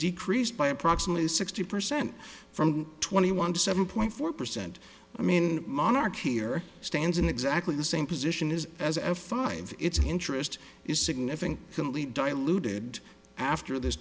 decreased by approximately sixty percent from twenty one to seven point four percent i mean monarch here stands in exactly the same position is as a five its interest is significant simply diluted after this